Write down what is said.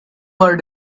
per